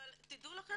אבל תדעו לכם